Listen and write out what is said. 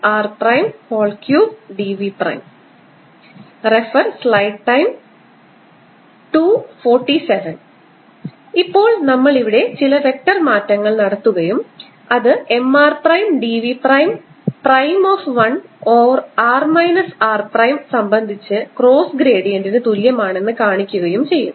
dAr04πMrdV×r rr r3 Ar04πMr×r rr r3dV ഇപ്പോൾ നമ്മൾ ഇവിടെ ചില വെക്റ്റർ മാറ്റങ്ങൾ നടത്തുകയും അത് M r prime dv prime prime of 1 over r minus r prime സംബന്ധിച്ച് ക്രോസ് ഗ്രേഡിയന്റിന് തുല്യമാണെന്ന് കാണിക്കുകയും ചെയ്യും